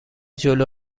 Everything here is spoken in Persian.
جلو